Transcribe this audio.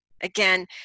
Again